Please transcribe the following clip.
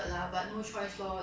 we play the